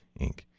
Inc